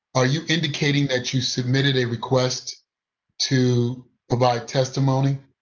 are you indicating that you submitted a request to provide testimony?